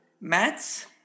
Maths